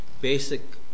basic